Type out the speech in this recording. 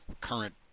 current